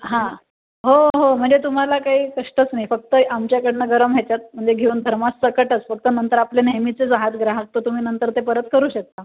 हां हो हो म्हणजे तुम्हाला काही कष्टच नाही फक्त आमच्याकडनं गरम ह्याच्यात म्हणजे घेऊन थर्माससकटच फक्त नंतर आपले नेहमीचेच आहात ग्राहक तर तुम्ही नंतर ते परत करू शकता